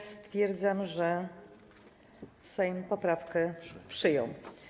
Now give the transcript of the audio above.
Stwierdzam, że Sejm poprawkę przyjął.